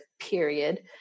period